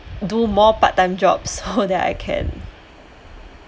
do more part time job so that I can